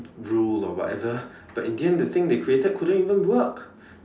rule or whatever but in the end the thing they created couldn't even work